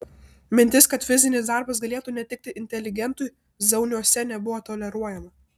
mintis kad fizinis darbas galėtų netikti inteligentui zauniuose nebuvo toleruojama